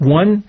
one